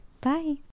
Bye